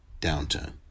downturn